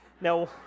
Now